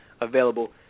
available